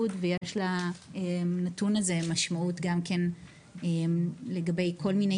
ויש לנתון הזה משמעות גם כן לגבי כל מיני